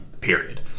period